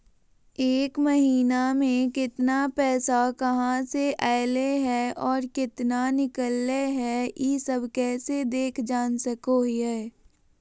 एक महीना में केतना पैसा कहा से अयले है और केतना निकले हैं, ई सब कैसे देख जान सको हियय?